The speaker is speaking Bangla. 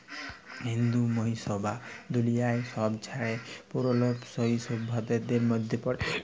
ইন্দু সইভ্যতা দুলিয়ার ছবচাঁয়ে পুরল সইভ্যতাদের মইধ্যে পড়ে